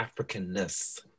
Africanness